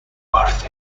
worth